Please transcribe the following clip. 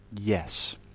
Yes